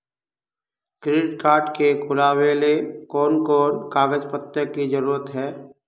Credit card के खुलावेले कोन कोन कागज पत्र की जरूरत है?